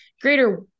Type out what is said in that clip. greater